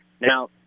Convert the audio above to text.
Now